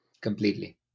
Completely